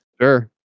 Sure